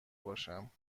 باشم